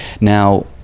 Now